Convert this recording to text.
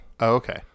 okay